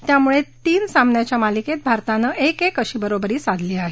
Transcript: त्यामुळे तीन सामन्याच्या मालिकेत भारतानं एक एक अशी बरोबरी साधली आहे